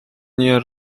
nie